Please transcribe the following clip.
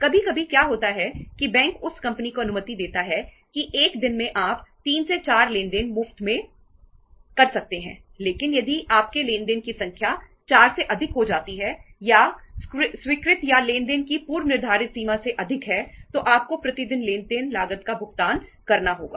कभी कभी क्या होता है कि बैंक उस कंपनी को अनुमति देता है कि एक दिन में आप के 3 से 4 लेनदेन मुफ्त में हैं लेकिन यदि आपके लेनदेन की संख्या 4 से अधिक हो जाती है या स्वीकृत या लेन देन की पूर्व निर्धारित सीमा से अधिक है तो आपको प्रति लेनदेन लागत का भुगतान करना होगा